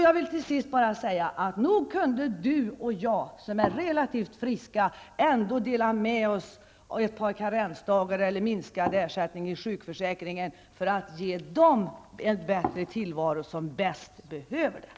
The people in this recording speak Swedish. Jag vill till sist säga: Nog kunde du och jag som är relativt friska ändå dela med oss och ta ett par extra karensdagar eller minskad ersättning från sjukförsäkringen för att ge dem som bäst behöver det en bättre tillvaro.